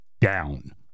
down